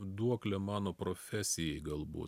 duoklė mano profesijai galbūt